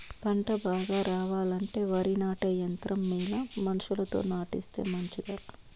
పంట బాగా రావాలంటే వరి నాటే యంత్రం మేలా మనుషులతో నాటిస్తే మంచిదా?